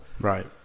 right